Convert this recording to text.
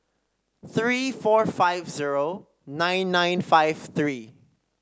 three four five zero nine nine five three